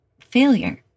failure